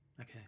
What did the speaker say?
Okay